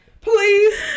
Please